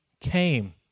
came